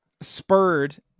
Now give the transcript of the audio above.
spurred